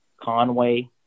Conway